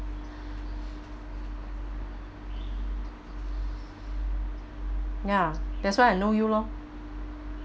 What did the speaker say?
ya that's why I know you loh